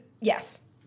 yes